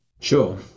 sure